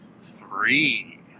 three